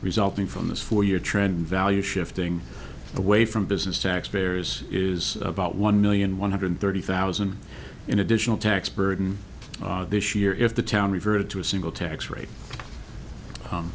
resulting from this four year trend value shifting away from business tax payers is about one million one hundred thirty thousand in additional tax burden this year if the town reverted to a single tax rate